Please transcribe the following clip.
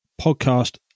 podcast